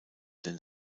den